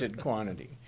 quantity